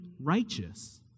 righteous